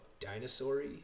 dinosaur-y